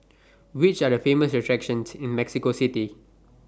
Which Are The Famous attractions in Mexico City